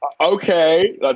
Okay